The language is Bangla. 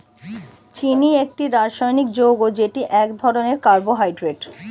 চিনি একটি রাসায়নিক যৌগ যেটি এক ধরনের কার্বোহাইড্রেট